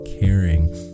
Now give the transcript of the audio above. caring